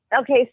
okay